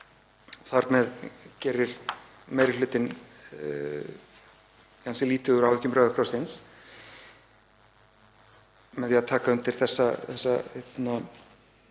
Þar með gerir meiri hlutinn lítið úr áhyggjum Rauða krossins